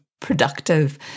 productive